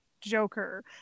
Joker